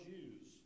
Jews